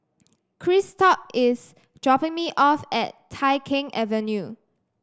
Christop is dropping me off at Tai Keng Avenue